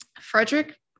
Frederick